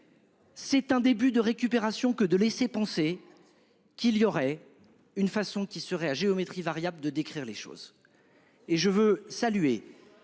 C'est un début de récupération que de laisser penser. Qu'il y aurait une façon qui seraient à géométrie variable de décrire les choses. Et je veux saluer.